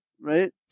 Right